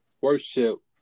worship